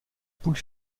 poule